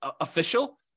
official